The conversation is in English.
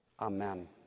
Amen